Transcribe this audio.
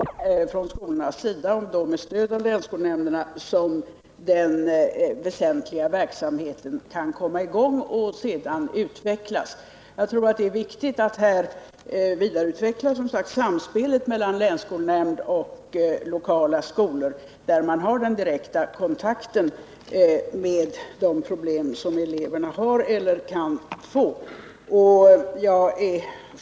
Herr talman! Jag har svårt att se hur departementet skulle kunna ingripa i den verkställande myndighetens ansvar när det gäller att bestämma hur ANT-verksamheten kan bedrivas. Det måste ju ändå vara i de lokala sammanhangen på initiativ från länsskolnämnderna eller på initiativ från skolorna och då med stöd av länsskolnämnderna som den väsentliga verksamheten kan komma i gång och sedan utvecklas. Jag tror att det är viktigt att vidareutveckla samspelet mellan länsskolnämnd och lokala skolor, där man har den direkta kontakten med de problem eleverna har eller kan få.